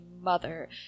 mother